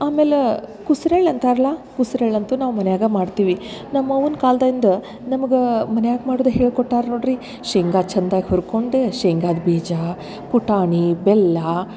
ಆಮೇಲೆ ಕುಸ್ರಳ್ ಅಂತರಲ್ಲ ಕುಸ್ರಳಿ ಅಂತು ನಾವು ಮನ್ಯಾಗ ಮಾಡ್ತೀವಿ ನಮ್ಮ ಅವ್ವನ ಕಾಲದ ಇಂದು ನಮ್ಗ ಮನ್ಯಾಗ ಮಾಡುದ ಹೇಳಿ ಕೊಟ್ಟಾರ ನೋಡ್ರಿ ಶೇಂಗ ಚಂದಾಗ ಹುರ್ಕೊಂಡು ಶೇಂಗಾದ ಬೀಜ ಕುಟಾಣಿ ಬೆಲ್ಲ